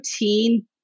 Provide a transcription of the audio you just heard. routine